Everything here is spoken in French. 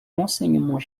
renseignements